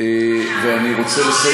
אדוני,